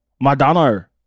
Madonna